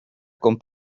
con